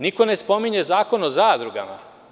Niko ne spominje zakon o zadrugama.